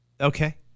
Okay